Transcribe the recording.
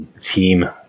team